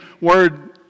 word